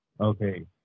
Okay